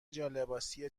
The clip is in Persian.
جالباسی